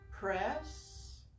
Press